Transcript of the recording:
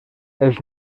els